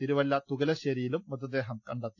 തിരുവല്ല തുകലശ്ശേ രിയിലും മൃതദേഹം കണ്ടെത്തി